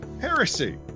heresy